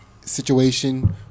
situation